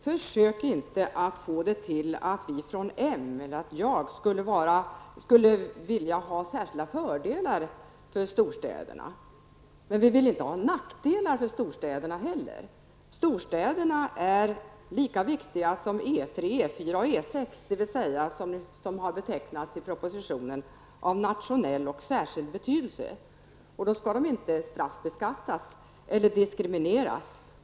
Försök inte att få det till att vi från moderaterna eller att jag skulle vilja ha särskilda fördelar för storstäderna! Å andra sidan vill vi inte heller ha nackdelar för storstäderna. Storstäderna är lika viktiga som E 3, E 4 och E 6, som i propositionen betecknas vara av nationell och särskild betydelse. Därför skall de inte straffbeskattas eller diskrimineras.